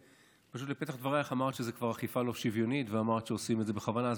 בפתח דברייך אמרת שזאת אכיפה לא שוויונית ואמרת שעושים את זה בכוונה.